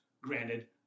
granted